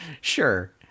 Sure